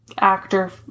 actor